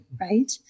right